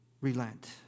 relent